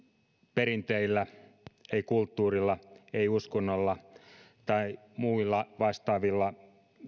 perinteillä ei kulttuurilla ei uskonnolla tai muilla vastaavilla